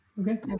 Okay